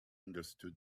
understood